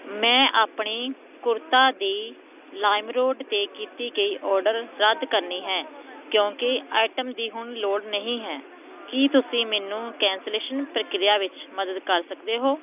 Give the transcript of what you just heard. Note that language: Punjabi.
ਮੈਂ ਆਪਣੀ ਕੁੜਤਾ ਦੀ ਲਾਈਮਰੋਡ 'ਤੇ ਕੀਤੀ ਗਈ ਆਰਡਰ ਰੱਦ ਕਰਨੀ ਹੈ ਕਿਉਂਕਿ ਆਈਟਮ ਦੀ ਹੁਣ ਲੋੜ ਨਹੀਂ ਹੈ ਕੀ ਤੁਸੀਂ ਮੈਨੂੰ ਕੈਂਸਲੇਸ਼ਨ ਪ੍ਰਕਿਰਿਆ ਵਿੱਚ ਮਦਦ ਕਰ ਸਕਦੇ ਹੋ